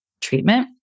treatment